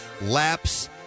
laps